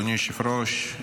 אדוני היושב-ראש,